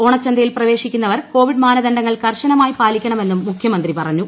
ഓണ ചന്തയിൽ പ്രവേശിക്കുന്നവർ കോവിഡ് മാനദണ്ഡങ്ങൾ കർശനമായി പാലിക്കണമെന്നും മുഖ്യമന്ത്രി പറഞ്ഞു